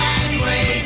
angry